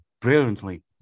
brilliantly